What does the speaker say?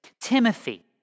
Timothy